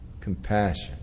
compassion